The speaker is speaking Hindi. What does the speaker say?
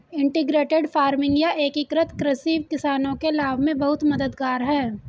इंटीग्रेटेड फार्मिंग या एकीकृत कृषि किसानों के लाभ में बहुत मददगार है